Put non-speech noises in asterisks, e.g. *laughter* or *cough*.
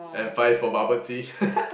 and five for bubble tea *laughs*